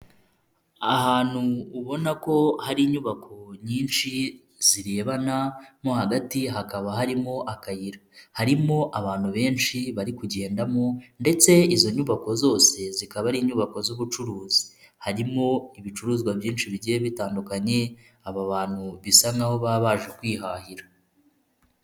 Ahantu ubona ko hari inyubako nyinshi zirebana mo hagati hakaba harimo akayira, harimo abantu benshi bari kugendamo ndetse izo nyubako zose zikaba ari inyubako z'ubucuruzi, harimo ibicuruzwa byinshi bigiye bitandukanye, aba bantu bisa n'aho baba baje kwihahira.